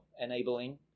enabling